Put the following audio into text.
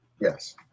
yes